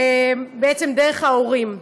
בעצם דרך ההורים.